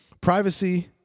Privacy